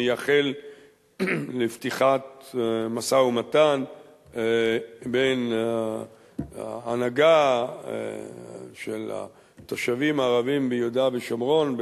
מייחל לפתיחת משא-ומתן בין ההנהגה של התושבים הערבים ביהודה ושומרון,